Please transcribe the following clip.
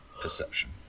Perception